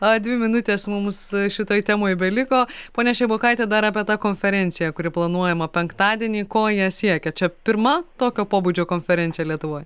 dvi minutės mums šitoj temoj beliko ponia šeibokaite dar apie tą konferenciją kuri planuojama penktadienį ko jie siekia čia pirma tokio pobūdžio konferencija lietuvoj